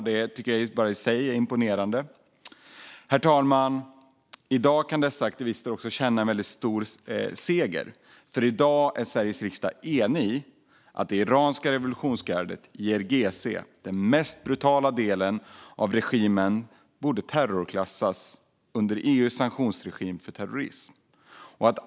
Det tycker jag i sig är imponerande. Herr talman! I dag kan dessa aktivister känna en stor seger, för i dag är Sveriges riksdag enig i att det iranska revolutionsgardet, IRGC, den mest brutala delen av regimen, borde terrorklassas under EU:s sanktionsregim för terrorism.